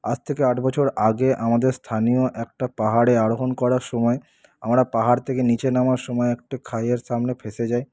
আজ থেকে আট বছর আগে আমাদের স্থানীয় একটা পাহাড়ে আরোহন করার সময় আমরা পাহাড় থেকে নিচে নামার সময় একটা খাইয়ের সামনে ফেঁসে যাই